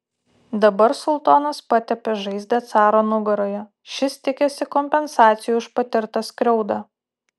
dabar sultonas patepė žaizdą caro nugaroje šis tikisi kompensacijų už patirtą skriaudą